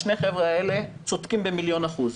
שני החבר'ה האלה צודקים במיליון אחוז.